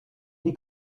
die